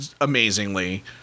amazingly